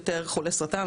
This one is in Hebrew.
יותר חולי סרטן,